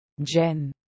Jen